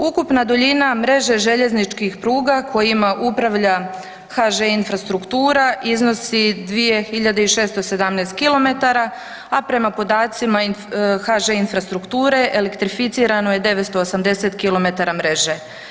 Ukupna duljina mreže željezničkih pruga kojima upravlja HŽ Infrastruktura iznosi 2.617 km, a prema podacima HŽ Infrastrukture elektrificirano je 980 km mreže.